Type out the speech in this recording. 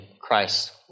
Christ